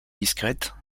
discrète